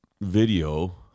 video